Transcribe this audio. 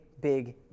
big